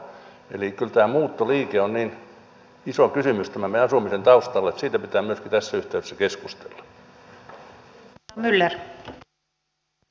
eli kyllä tämä muuttoliike on niin iso kysymys tämän meidän asumisen taustalla että siitä pitää myöskin tässä yhteydessä keskustella